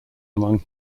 among